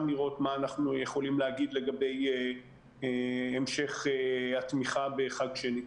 לראות מה אנחנו יכולים להגיד לגבי המשך התמיכה בחג שני.